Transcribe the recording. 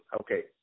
Okay